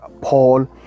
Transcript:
paul